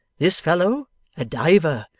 this fellow a diver,